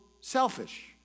selfish